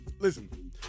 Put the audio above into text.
listen